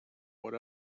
what